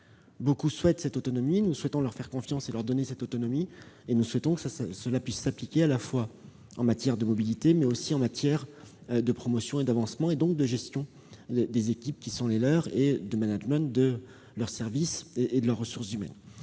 Beaucoup souhaitent cette autonomie, nous souhaitons leur faire confiance et leur donner cette autonomie, et nous souhaitons qu'elle puisse s'exercer en matière de mobilité, mais aussi en matière de promotion et d'avancement et donc de gestion des équipes, de management des services et des ressources humaines.